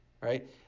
right